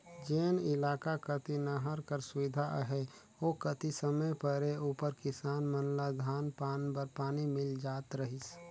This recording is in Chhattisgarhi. जेन इलाका कती नहर कर सुबिधा अहे ओ कती समे परे उपर किसान मन ल धान पान बर पानी मिल जात रहिस